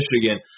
Michigan